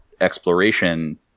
exploration